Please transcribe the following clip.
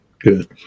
Good